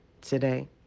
today